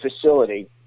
facility